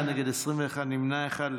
21, נמנע אחד.